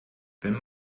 wenn